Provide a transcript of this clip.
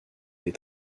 des